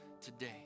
today